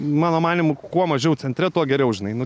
mano manymu kuo mažiau centre tuo geriau žinai nu